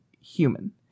human